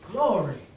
Glory